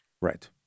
Right